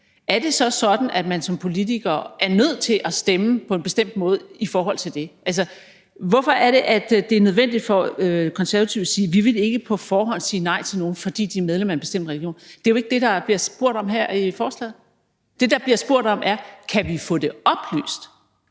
er det så sådan, at man som politiker er nødt til at stemme på en bestemt måde i forhold til det? Hvorfor er det, at det er nødvendigt for De Konservative at sige: Vi vil ikke på forhånd sige nej til nogen, fordi de tilhører en bestemt religion? Det er jo ikke det, der bliver bedt om her i forslaget. Det, der bliver bedt om, er, at vi kan få det oplyst.